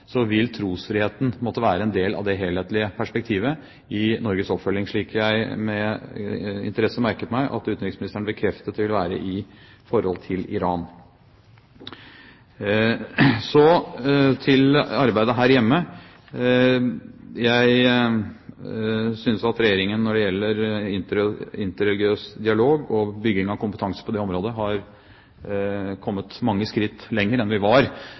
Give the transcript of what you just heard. vil trosfriheten måtte være en del av det helhetlige perspektivet i Norges oppfølging, slik jeg med interesse merket meg at utenriksministeren bekreftet det vil være i forhold til Iran. Så til arbeidet her hjemme. Jeg synes at Regjeringen når det gjelder interreligiøs dialog og bygging av kompetanse på det området, har kommet mange skritt lenger enn vi var